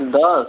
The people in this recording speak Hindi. दस